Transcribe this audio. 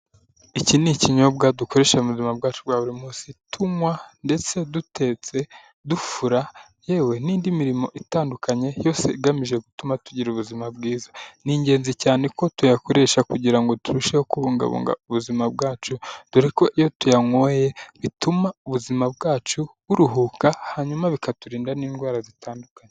Iki ni ikinyobwa dukoresha mu buzima bwacu bwa buri munsi; tunywa, ndetse dutetse, dufura, yewe n'indi mirimo itandukanye yose igamije gutuma tugira ubuzima bwiza. Ni ingenzi cyane ko tuyakoresha kugira ngo turusheho kubungabunga ubuzima bwacu dore ko iyo tuyanyweye bituma ubuzima bwacu buruhuka hanyuma bikaturinda n'indwara zitandukanye.